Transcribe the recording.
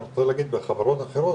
אני לא רוצה להגיד בחברות אחרות,